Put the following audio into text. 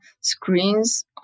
screens